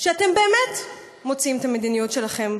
שאתם באמת מוציאים לפועל את המדיניות שלכם,